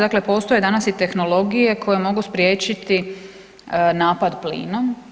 Dakle, postoje danas i tehnologije koje mogu spriječiti napad plinom.